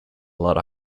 latter